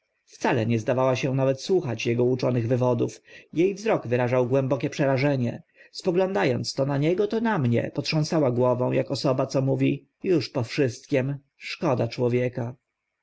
wcale nawet nie zdawała się słuchać ego uczonych wywodów je wzrok wyrażał głębokie przerażenie spogląda ąc to na niego to na mnie potrząsała głową ak osoba co mówi już po wszystkim szkoda człowieka